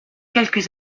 quelques